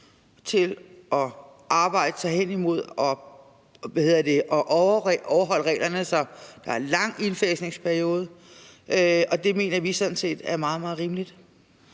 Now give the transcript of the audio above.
til at arbejde hen imod at overholde reglerne. Der er lang indfasningsperiode, og det mener vi sådan set er meget, meget rimeligt.